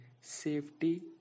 Safety